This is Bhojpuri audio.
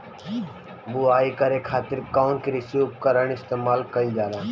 बुआई करे खातिर कउन कृषी उपकरण इस्तेमाल कईल जाला?